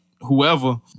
whoever